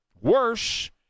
Worse